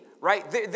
right